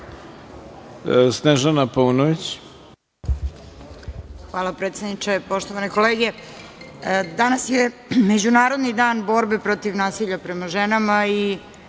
Snežana Paunović.